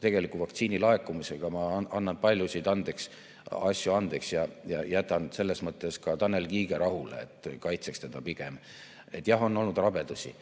tegeliku vaktsiinilaekumisega. Ma annan paljusid asju andeks ja jätan selles mõttes ka Tanel Kiige rahule, kaitsen teda pigem. Jah, on olnud rabedusi,